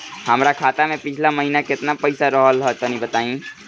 हमार खाता मे पिछला महीना केतना पईसा रहल ह तनि बताईं?